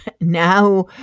now